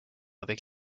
avec